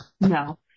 No